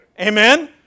Amen